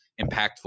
impactful